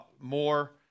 more